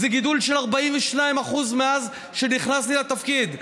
זה גידול של 42% מאז שנכנסתי לתפקיד.